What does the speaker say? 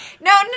no